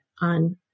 on